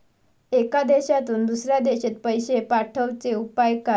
एका देशातून दुसऱ्या देशात पैसे पाठवचे उपाय काय?